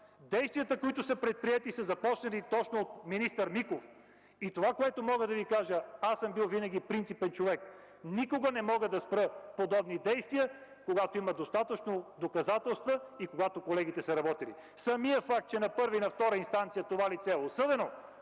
Действията, които са предприети, са започнали от министър Миков. Винаги съм бил принципен човек и никога не мога да спра подобни действия, когато има достатъчно доказателства и когато колегите са работили. Самият факт, че на първа и втора инстанция това лице е осъдено,